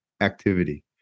activity